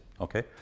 okay